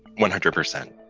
one hundred percent